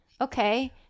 Okay